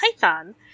Python